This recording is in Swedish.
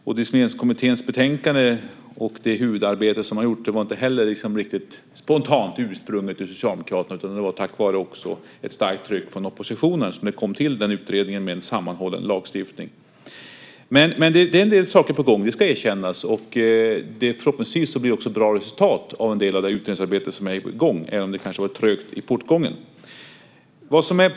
Diskrimineringskommitténs betänkande och det huvudarbete som har gjorts om en sammanhållen lagstiftning var ursprungligen inte heller riktigt spontant från Socialdemokraterna utan den kom till tack vare ett starkt tryck från oppositionen. Men det är en del saker på gång, det ska erkännas. Förhoppningsvis blir det också bra resultat av en del av det utredningsarbete som är i gång, även om det kanske var trögt i portgången.